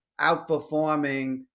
outperforming